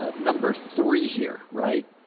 ah number three here. right?